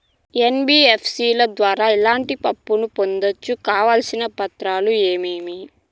NBFC ల ద్వారా ఎట్లాంటి అప్పులు పొందొచ్చు? కావాల్సిన పత్రాలు ఏమేమి?